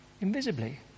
invisibly